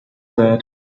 that